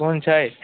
कोन छै